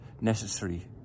necessary